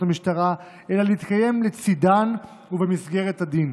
המשטרה אלא להתקיים לצידן ובמסגרת הדין.